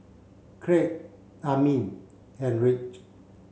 Kraig Amin and Ridge